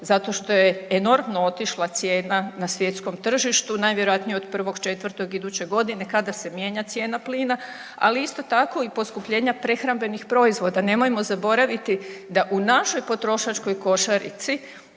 zato što je enormno otišla cijena na svjetskom tržištu, najvjerojatnije od 1.4. iduće godine kada se mijenja cijena plina, ali isto tako i poskupljenja prehrambenih proizvoda. Nemojmo zaboraviti da u našoj potrošačkoj košarici